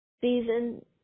season